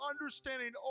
understanding